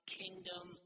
kingdom